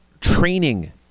training